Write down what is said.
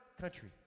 country